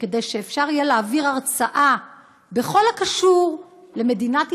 שכדי שאפשר יהיה להעביר הרצאה בכל הקשור למדינת ישראל,